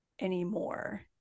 anymore